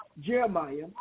Jeremiah